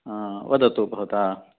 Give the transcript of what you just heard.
वदतु भवता